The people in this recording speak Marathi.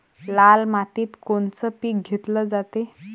लाल मातीत कोनचं पीक घेतलं जाते?